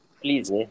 Please